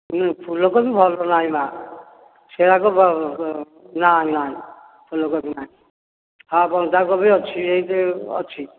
ହଁ ଫୁଲକୋବି ଭଲ ନାହିଁ ମା' ସେଗୁଡ଼ାକ ନାଁ ନାଁ ଫୁଲକୋବି ନାଇଁ ହଁ ବନ୍ଧାକୋବି ଅଛି ଏମିତି ଅଛି